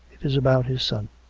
it is about his son.